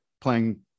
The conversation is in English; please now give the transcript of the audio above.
playing